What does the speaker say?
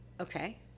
Okay